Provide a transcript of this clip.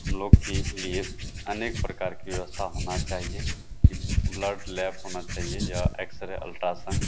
हम लोग के लिए अनेक प्रकार की व्यवस्था होना चाहिए कि ब्लड लैब होना चाहिए या एक्सरे अल्ट्रासाउंड